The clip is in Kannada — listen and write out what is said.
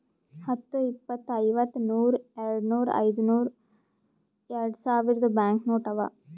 ಹತ್ತು, ಇಪ್ಪತ್, ಐವತ್ತ, ನೂರ್, ಯಾಡ್ನೂರ್, ಐಯ್ದನೂರ್, ಯಾಡ್ಸಾವಿರ್ದು ಬ್ಯಾಂಕ್ ನೋಟ್ ಅವಾ